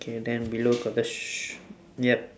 okay then below got the sh~ yup